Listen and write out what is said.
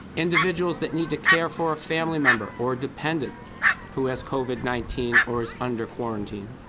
individuals that need to care for a family member or dependent who has covid nineteen or is under quarantine.